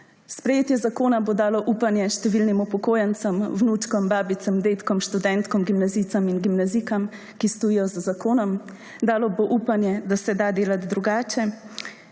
Sprejetje zakona bo dalo upanje številnim upokojencem, vnučkom, babicam, dedkom, študentom, gimnazijcem in gimnazijkam, ki stojijo za zakonom. Dalo bo upanje, da se da delati drugače.